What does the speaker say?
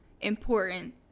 important